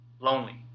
Lonely